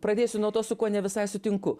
pradėsiu nuo to su kuo ne visai sutinku